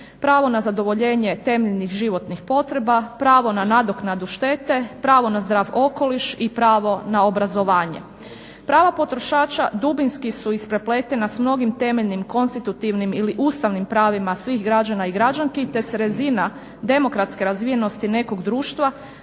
pravo na zadovoljenje temeljnih životnih potreba, pravo na nadoknadu štete, pravo na zdrav okoliš i pravo na obrazovanje. Prava potrošača dubinski su isprepletena s mnogim temeljnim konstitutivnim ili ustavnim pravima svih građana i građanki te se razina demokratske razvijenosti nekog društva